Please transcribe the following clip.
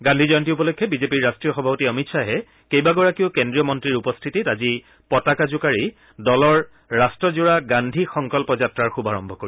গান্ধী জয়ন্তী উপলক্ষে বিজেপিৰ ৰাষ্ট্ৰীয় সভাপতি অমিত শ্বাহে কেইবাগৰাকীও কেন্দ্ৰীয় মন্তীৰ উপস্থিতিত আজি পতাকা জোকাৰি দলৰ ৰাট্টজোৰা গান্ধী সংকল্প যাত্ৰাৰ শুভাৰম্ভ কৰিব